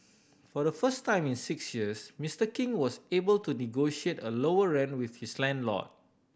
for the first time in six years Mister King was able to negotiate a lower rent with his landlord